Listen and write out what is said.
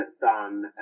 done